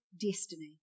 destiny